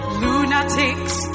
lunatics